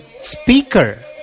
speaker